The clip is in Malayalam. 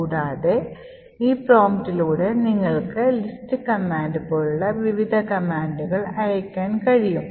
കൂടാതെ ഈ പ്രോംപ്റ്റിലൂടെ നിങ്ങൾക്ക് ലിസ്റ്റ് കമാൻഡ് പോലുള്ള വിവിധ കമാൻഡുകൾ അയയ്ക്കാൻ കഴിയും